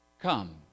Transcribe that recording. Come